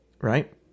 right